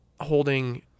holding